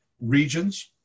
regions